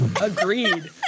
Agreed